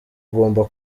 ugomba